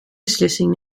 beslissing